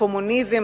הקומוניזם,